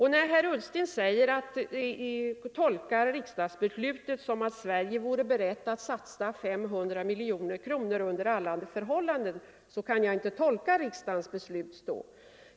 Herr Ullsten tolkar riksdagsbeslutet så att Sverige vore berett att satsa 500 miljoner kronor under alla förhållanden, men jag kan inte tolka riksdagens beslut så.